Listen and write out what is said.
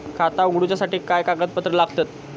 खाता उगडूच्यासाठी काय कागदपत्रा लागतत?